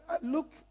look